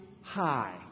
high